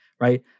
right